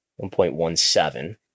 1.17